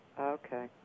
Okay